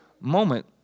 moment